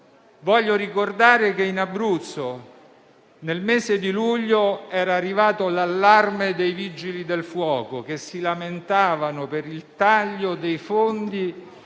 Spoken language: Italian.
Voglio ricordare che in Abruzzo, nel mese di luglio, era arrivato l'allarme dei Vigili del fuoco che si lamentavano per il taglio dei fondi